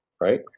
Right